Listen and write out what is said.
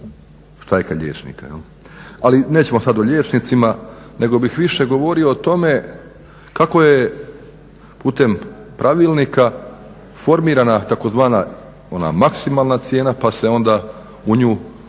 štrajka liječnika. Ali nećemo sad o liječnicima, nego bih više govorio o tome kako je putem pravilnika formirana tzv. ona maksimalna cijena pa su onda u nju uklapali